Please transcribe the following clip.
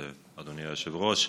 אדוני היושב-ראש,